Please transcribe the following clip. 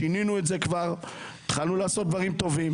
שינינו את זה כבר, התחלנו לעשות דברים טובים.